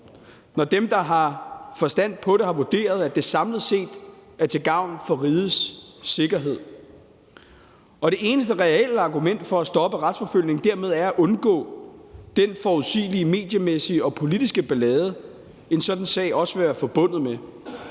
når dem, der har forstand på det, har vurderet, at det samlet set er til gavn for rigets sikkerhed, og hvor det eneste reelle argument for at stoppe retsforfølgning dermed er at undgå den forudsigelige mediemæssige og politiske ballade, en sådan sag også vil være forbundet med.